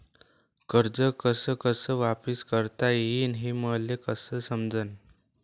कर्ज कस कस वापिस करता येईन, हे मले कस समजनं?